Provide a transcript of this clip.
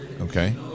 Okay